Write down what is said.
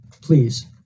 please